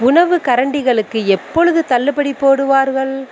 உணவுக்கரண்டிகளுக்கு எப்பொழுது தள்ளுபடி போடுவார்கள்